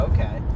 Okay